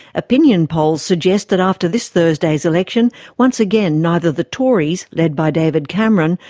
opinion polls suggest that after this thursday's election once again neither the tories, led by david cameron,